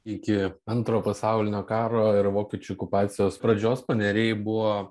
iki antro pasaulinio karo ir vokiečių okupacijos pradžios paneriai buvo